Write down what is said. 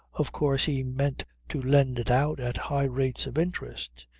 of course he meant to lend it out at high rates of interest.